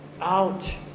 out